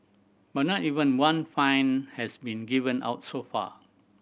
but not even one fine has been given out so far